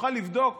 שתוכל לבדוק